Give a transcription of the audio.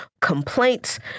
complaints